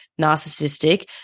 narcissistic